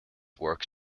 work